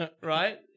Right